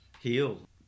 heal